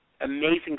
amazing